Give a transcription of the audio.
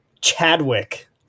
Chadwick